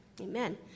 amen